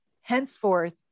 henceforth